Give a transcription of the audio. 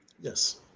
Yes